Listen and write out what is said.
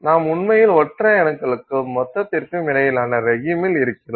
நாம் உண்மையில் ஒற்றை அணுக்களுக்கும் மொத்தத்திற்கும் இடையிலான ரேகிமில் இருக்கிறோம்